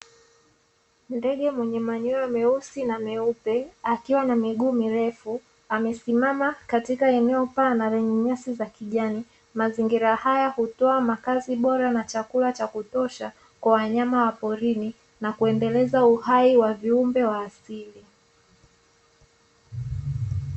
Ndege mwenye manyoya meusi na meupe akiwa na miguu mirefu amesimama katika eneo pana lenye nyasi za kijani, mazingira haya hutoa makazi bora na chakula cha kutosha kwa wanyama wa porini na kuendeleza uhai wa viumbe wa asili.